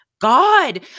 God